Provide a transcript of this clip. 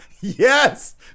Yes